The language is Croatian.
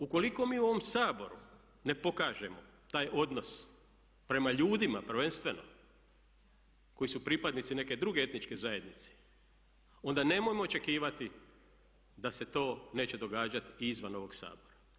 Ukoliko mi u ovom Saboru ne pokažemo taj odnos prema ljudima prvenstveno koji su pripadnici neke druge etničke zajednice onda nemojmo očekivati da se to neće događati i izvan ovog Sabora.